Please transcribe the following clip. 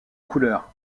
couleurs